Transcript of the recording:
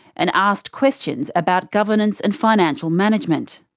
and asked questions about governance and financial management.